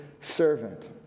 servant